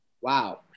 wow